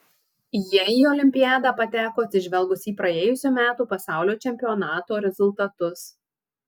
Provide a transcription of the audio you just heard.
jie į olimpiadą pateko atsižvelgus į praėjusių metų pasaulio čempionato rezultatus